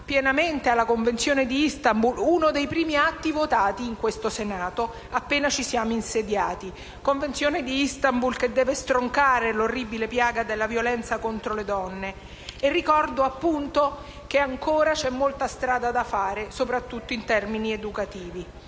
attuazione della Convenzione di Istanbul, uno dei primi atti votati in questo Senato, appena ci siamo insediati, che ha l'obiettivo di stroncare l'orribile piaga della violenza contro le donne. Ricordo che c'è ancora molta strada da fare, soprattutto in termini educativi.